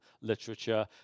literature